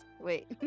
Wait